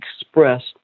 expressed